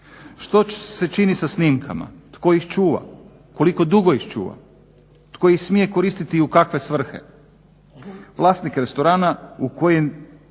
Što se čini sa snimkama, tko ih čuva, koliko dugo ih čuva, tko ih smije koristiti i u kakve svrhe? Vlasnik restorana u kojem